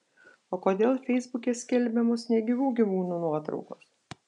o kodėl feisbuke skelbiamos negyvų gyvūnų nuotraukos